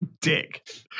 dick